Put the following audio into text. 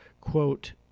quote